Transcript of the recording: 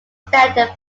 standard